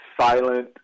silent